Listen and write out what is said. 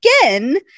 again